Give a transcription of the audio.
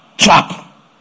trap